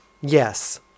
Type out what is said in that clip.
yes